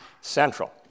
Central